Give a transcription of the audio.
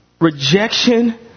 rejection